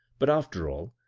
but, after all,